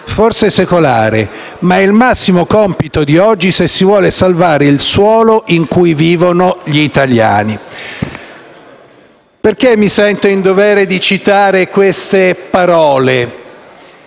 forse secolare. Ma è il massimo compito di oggi se si vuole salvare il suolo in cui vivono gli Italiani». Perché mi sento in dovere di citare queste parole?